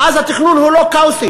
ואז, התכנון הוא לא כאוטי